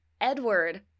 Edward